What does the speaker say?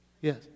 Yes